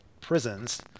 prisons